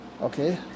Okay